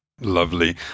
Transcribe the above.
Lovely